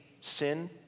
sin